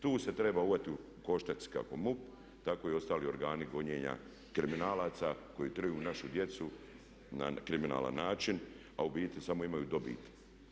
Tu se treba uhvatiti u koštac kako MUP tako i ostali organi gonjenja kriminalaca koji truju našu djecu na kriminalan način, a u biti samo imaju dobit.